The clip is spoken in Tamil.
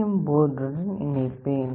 எம் போர்டுடன் இணைப்பேன்